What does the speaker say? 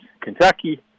Kentucky